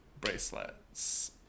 bracelets